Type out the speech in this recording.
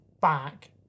back